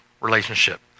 relationship